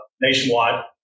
nationwide